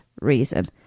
reason